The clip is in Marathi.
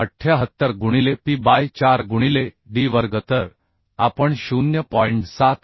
78 गुणिले P बाय 4 गुणिले D वर्ग तर आपण 0